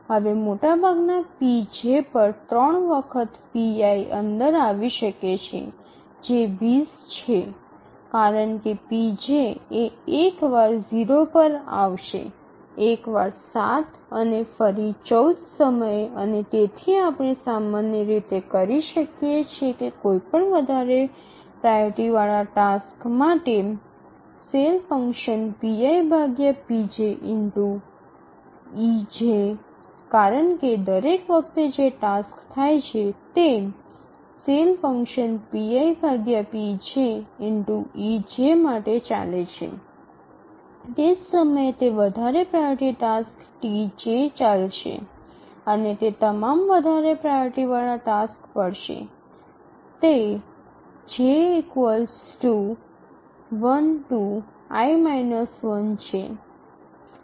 હવે મોટાભાગના pj પર 3 વખત pi અંદર આવી શકે છે જે 20 છે કારણ કે pj એ એક વાર 0 પર આવશે એકવાર ૭ અને ફરી ૧૪ સમયે અને તેથી આપણે સામાન્ય રીતે કરી શકીએ છીએ કે કોઈ પણ વધારે પ્રાઓરિટી વાળા ટાસ્ક માટે ⌈ ⌉∗ej કારણ કે દરેક વખતે જે ટાસક્સ થાય છે તે ⌈ ⌉∗ej માટે ચાલે છે તે જ સમયે તે વધારે પ્રાઓરિટી ટાસ્ક Tj ચાલશે અને તે તમામ વધારે પ્રાઓરિટી વાળા ટાસ્ક પડશે તે j 1¿ i − 1 છે